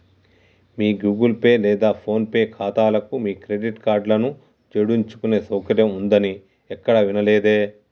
మీ Google Pay లేదా PhonePe ఖాతాలకు మీ క్రెడిట్ కార్డులను జోడించుకునే సౌకర్యం ఉందని ఎక్కడా వినలేదే